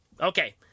Okay